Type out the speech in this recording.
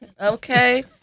Okay